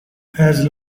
has